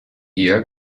ihr